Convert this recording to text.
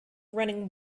running